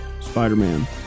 Spider-Man